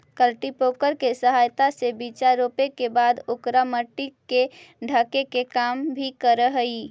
cultipacker के सहायता से बीचा रोपे के बाद ओकरा मट्टी से ढके के काम भी करऽ हई